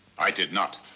i did not.